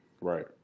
Right